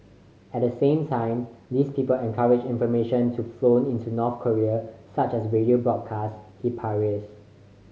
at the same time these people encourage information to flow into North Korea such as radio broadcasts he parries